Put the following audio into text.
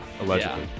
Allegedly